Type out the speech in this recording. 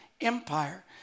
Empire